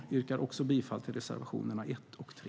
Jag yrkar också bifall till reservationerna 1 och 3.